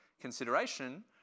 consideration